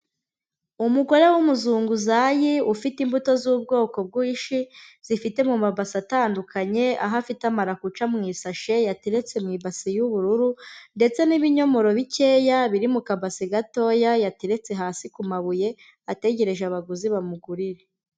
Umugore w'umuzunguzayi ufite imbuto z'ubwoko bw'inshi, zifite mu mabase atandukanye, aho afite amarakuca mu isashe yateretse mu ibasi y'ubururu ndetse n'ibinyomoro bikeya biri mu kabase gatoya, yateretse hasi ku mabuye ategereje abaguzi bamugurire.